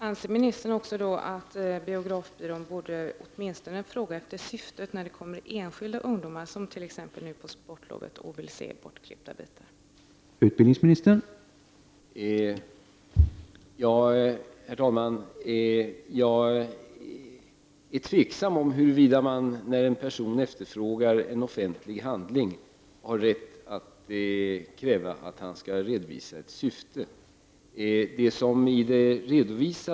Herr talman! Anser utbildningsministern också att biografbyrån borde åtminstone fråga efter syftet när enskilda ungdomar kommer, som nu under sportlovet, och vill se bortklippta bitar av filmer?